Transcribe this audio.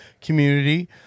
community